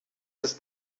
ist